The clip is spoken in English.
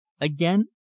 Again